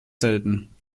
selten